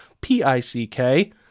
P-I-C-K